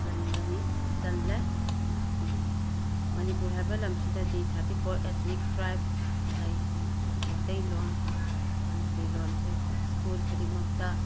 ꯆꯟꯕꯅꯤ ꯆꯜꯂꯦ ꯑꯗꯨꯅ ꯑꯈꯣꯏꯒꯤ ꯃꯅꯤꯄꯨꯔ ꯍꯥꯏꯕ ꯂꯝꯁꯤꯗꯗꯤ ꯍꯥꯔꯇꯤꯐꯣꯔ ꯑꯦꯊꯅꯤꯛ ꯇ꯭ꯔꯥꯏꯐ ꯂꯩ ꯑꯗꯨꯅ ꯑꯈꯣꯏꯒꯤ ꯃꯩꯇꯩꯂꯣꯟ ꯃꯅꯤꯄꯨꯔꯤ ꯂꯣꯟꯁꯦ ꯍꯨꯖꯤꯛ ꯁ꯭ꯀꯨꯜ ꯈꯨꯗꯤꯡꯃꯛꯇꯥ